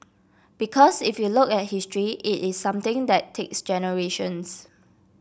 because if you look at history it is something that takes generations